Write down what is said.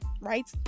Right